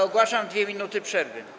Ogłaszam 2 minuty przerwy.